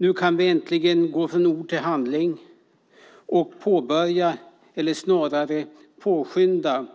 Nu kan vi äntligen gå från ord till handling och påbörja eller snarare påskynda